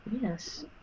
yes